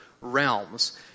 realms